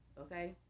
okay